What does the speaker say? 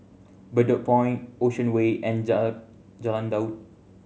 Bedok Point Ocean Way and Jalan Daud